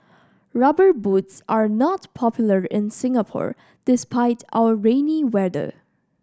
Rubber Boots are not popular in Singapore despite our rainy weather